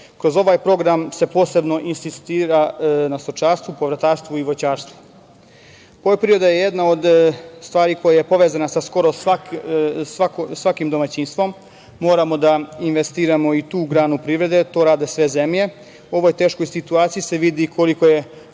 Kroz ovaj program se posebno insistira na stočarstvu, povrtarstvu i voćarstvu. Poljoprivreda je jedna od stvari koja je povezana sa skoro svakim domaćinstvom. Moramo da investiramo i tu granu privrede jer to rade i sve zemlje. U ovoj teškoj situaciji se vidi koliko je